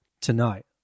Tonight